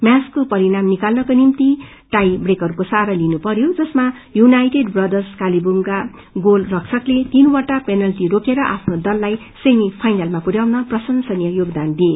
म्याचको परिणाम निकाल्नको निम्ति टाई ब्रेकरको सहारा लिनुपरयो जसमा यूनाईटेड ब्रदर्स कालेवुडका गोलरक्षले तीनवटा पेलनल्टी रोकेर आफ्नो दललाई सूमी ुइनलमा पुरयाउन प्रशेसनीय योगदान दिए